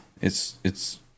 It's—it's